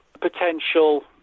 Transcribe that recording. potential